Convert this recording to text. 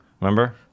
remember